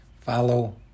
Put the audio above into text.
follow